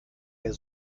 wer